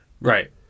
Right